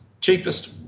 cheapest